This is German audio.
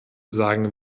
sagen